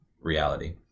reality